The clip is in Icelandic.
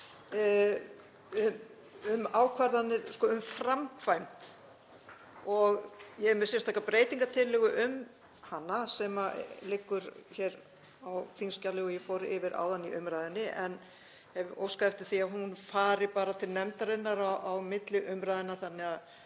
athugasemdir við framkvæmd. Ég er með sérstaka breytingartillögu um hana sem liggur hér á þingskjali og ég fór yfir áðan í umræðunni en hef óskað eftir því að hún fari bara til nefndarinnar á milli umræðna þannig að